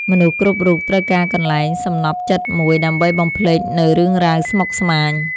មនុស្សគ្រប់រូបត្រូវការកន្លែងសំណព្វចិត្តមួយ ដើម្បីបំភ្លេចនូវរឿងរ៉ាវស្មុគស្មាញ។